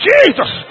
Jesus